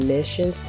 Mission